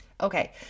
Okay